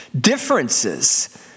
differences